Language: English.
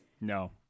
No